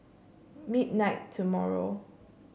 midnight tomorrow